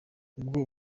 ubwo